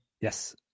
Yes